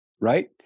right